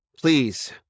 Please